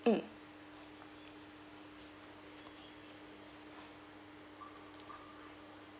mm